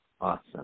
Awesome